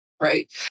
right